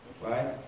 Right